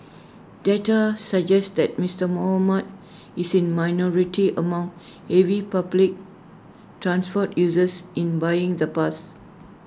data suggest that Mister Muhammad is in minority among heavy public transport users in buying the pass